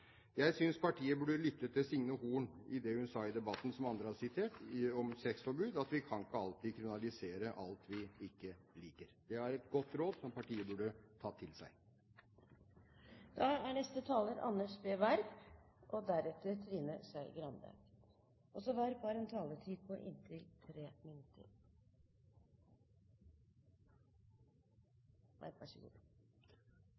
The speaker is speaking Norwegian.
Jeg synes partiet burde lytte til Solveig Horne og det hun sa i debatten om sexforbud – som en annen også har sitert: Vi kan ikke alltid kriminalisere alt vi ikke liker. Det var et godt råd, som partiet burde ta til